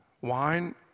wine